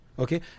Okay